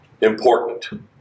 important